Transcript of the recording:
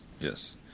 Yes